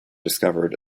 discovered